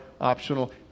optional